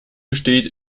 besteht